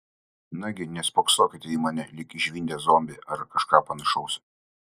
nagi nespoksokite į mane lyg išvydę zombį ar kažką panašaus